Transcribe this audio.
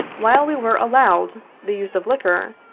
while we were allowed the use of liquor,